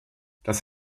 das